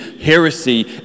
heresy